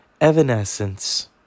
Evanescence